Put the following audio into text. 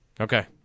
okay